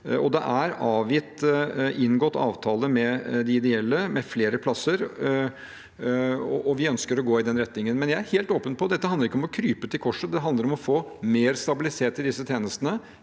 Det er inngått avtale med de ideelle om flere plasser, og vi ønsker å gå i den retningen. Men jeg er helt åpen på at dette ikke handler om å krype til korset, det handler om å få mer stabilitet i disse tjenestene,